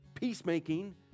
peacemaking